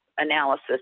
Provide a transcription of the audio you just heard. analysis